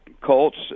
Colts